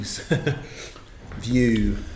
view